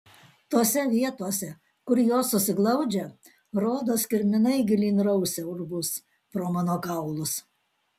tose vietose kur jos susiglaudžia rodos kirminai gilyn rausia urvus pro mano kaulus